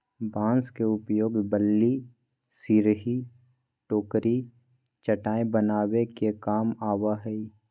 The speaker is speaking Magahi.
बांस के उपयोग बल्ली, सिरही, टोकरी, चटाय बनावे के काम आवय हइ